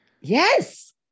Yes